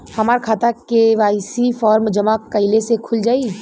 हमार खाता KYC form जमा कइले से खुल जाई?